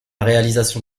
réalisation